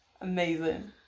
Amazing